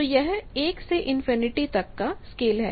तो यह 1 से इनफिनिटी तक का स्केल है